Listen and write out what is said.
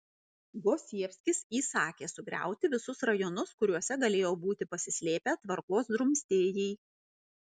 gosievskis įsakė sugriauti visus rajonus kuriuose galėjo būti pasislėpę tvarkos drumstėjai